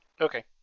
Okay